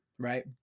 Right